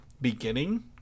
beginning